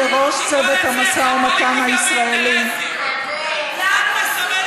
כשמוניתי לראש צוות המשא ומתן הישראלי, למה אסור,